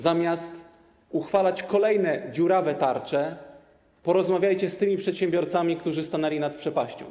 Zamiast uchwalać kolejne dziurawe tarcze, porozmawiajcie z tymi przedsiębiorcami, którzy stanęli nad przepaścią.